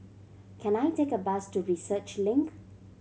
can I take a bus to Research Link